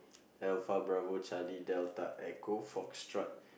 alpha bravo Charlie delta echo Foxtrot